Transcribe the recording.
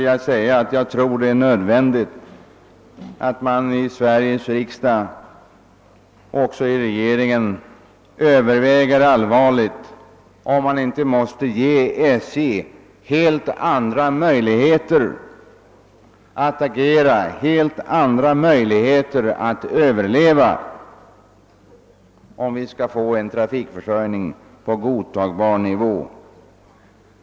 Jag tror det är nödvändigt att man i Sveriges riksdag och även inom regeringen allvarligt överväger om man inte måste ge SJ helt and ra möjligheter att agera, helt andra möjligheter att överleva, om vi skall få en trafikförsörjning på godtagbar nivå.